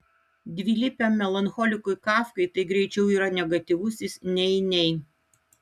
dvilypiam melancholikui kafkai tai greičiau yra negatyvusis nei nei